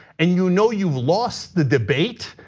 and you know you've lost the debate,